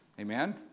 Amen